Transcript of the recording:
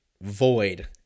void